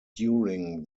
during